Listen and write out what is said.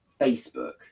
facebook